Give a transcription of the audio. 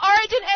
Origin